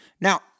Now